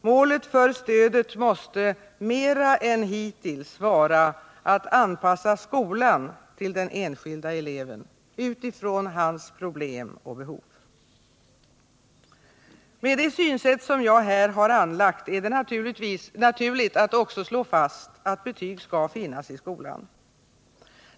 Målet för stödet måste, mera än hittills, vara att anpassa skolan till den enskilda eleven utifrån hans problem och behov. Med det synsätt som jag här anlagt är det naturligt att också slå fast att betyg skall finnas i skolan.